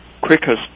quickest